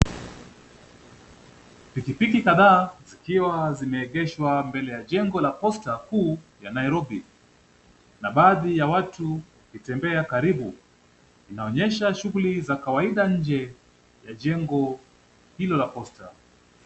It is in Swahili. Piki piki kadhaa zikiwa zimeegeshwa mbele ya jengo la Posta kuu ya Nairobi na baadhi ya watu wakitembea karibu. Inaonyesha shughuli za kawaida nje ya jengo hilo la posta.